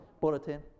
bulletin